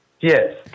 Yes